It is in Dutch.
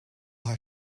haar